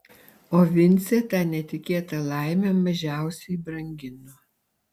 o vincė tą netikėtą laimę mažiausiai brangino